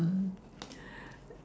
mm